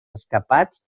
escapats